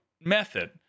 method